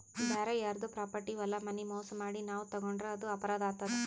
ಬ್ಯಾರೆ ಯಾರ್ದೋ ಪ್ರಾಪರ್ಟಿ ಹೊಲ ಮನಿ ಮೋಸ್ ಮಾಡಿ ನಾವ್ ತಗೋಂಡ್ರ್ ಅದು ಅಪರಾಧ್ ಆತದ್